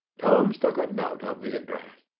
holmes took a note of the address.